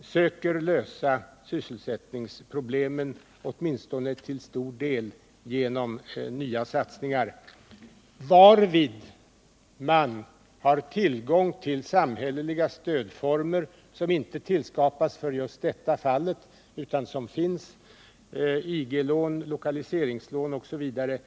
söker lösa sysselsättningsproblemen, åtminstone till stor del, genom nya satsningar. Därvid har man tillgång till samhälleliga stödformer, som inte tillskapats för just detta fall, utan som redan finns, såsom IG-lån, lokaliseringslån osv.